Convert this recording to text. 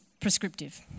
prescriptive